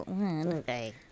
Okay